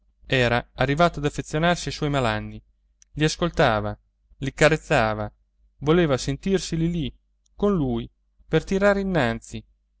era arrivato ad affezionarsi ai suoi malanni li ascoltava i carezzava voleva sentirseli lì con lui per tirare innanzi